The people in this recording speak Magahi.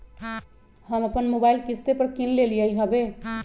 हम अप्पन मोबाइल किस्ते पर किन लेलियइ ह्बे